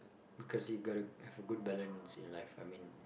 because you gotta have a good balance in life I mean